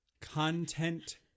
content